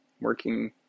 working